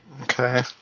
Okay